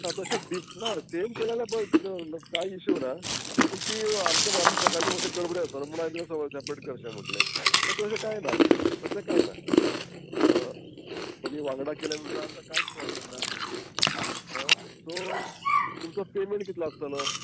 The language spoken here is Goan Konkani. ना तशें डिफ ना सेम केले जाल्यार पय कांय इशू ना पूण ती आमकां सकाळचे मात्शे गडबडीन आसतले म्हूण हांयेन तुका सगळे सॅपरेट करचे म्हटले सो तशें कांय ना तशें कांय ना तुमी वांगडा केल्यार आमकां कांयच प्रोब्लेम ना आं सो तुमचो पेमेंट कितलो आसतलो